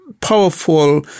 powerful